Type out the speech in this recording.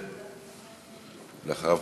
ואחריו,